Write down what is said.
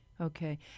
okay